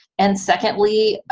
and secondly,